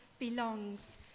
belongs